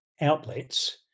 outlets